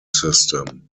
system